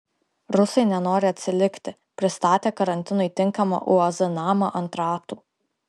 rusai nenori atsilikti pristatė karantinui tinkamą uaz namą ant ratų